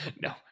no